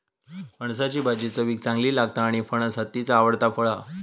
फणसाची भाजी चवीक चांगली लागता आणि फणस हत्तीचा आवडता फळ हा